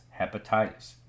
hepatitis